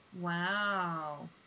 Wow